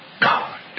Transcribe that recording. God